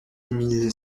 mille